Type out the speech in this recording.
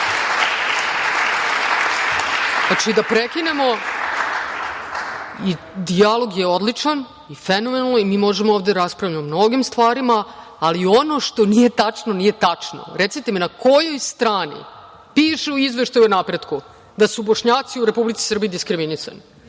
Znači, da prekinemo, dijalog je odličan. Fenomenalno i mi možemo ovde da raspravljamo o mnogim stvarima, ali ono što nije tačno, nije tačno. Recite mi – na kojoj strani piše u Izveštaju o napretku da su Bošnjaci u Republici Srbiji diskriminisani?